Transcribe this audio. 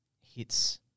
hits